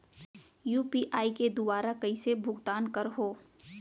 UPI के दुवारा कइसे भुगतान करहों?